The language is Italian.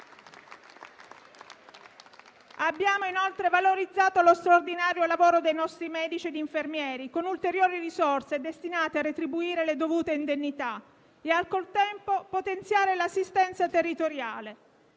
Abbiamo inoltre valorizzato lo straordinario lavoro dei nostri medici ed infermieri, con ulteriori risorse destinate a retribuire le dovute indennità e, al contempo, a potenziare l'assistenza territoriale.